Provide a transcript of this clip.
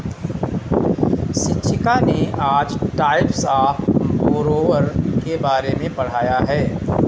शिक्षिका ने आज टाइप्स ऑफ़ बोरोवर के बारे में पढ़ाया है